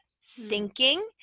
sinking